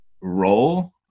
role